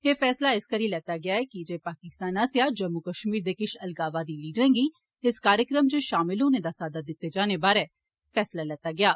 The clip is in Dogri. एह फैसला इस करी लैता गेआ ऐ कि जे पाकिस्तान आस्सेआ जम्मू कष्मीर दे किष अलगाववादी लीडरें गी इस कार्यक्रम च षामल होने दा साद्दा दिते जाने बारै फैसला लैता गेआ ऐ